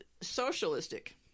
socialistic